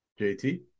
JT